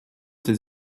ses